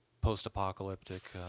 post-apocalyptic